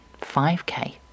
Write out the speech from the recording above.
5k